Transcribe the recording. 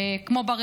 כמו בשירות התעסוקה,